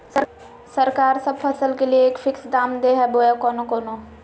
सरकार सब फसल के लिए एक फिक्स दाम दे है बोया कोनो कोनो?